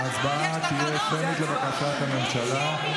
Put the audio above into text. ההצבעה תהיה שמית, לבקשת הממשלה.